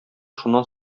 шуннан